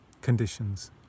conditions